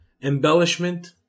embellishment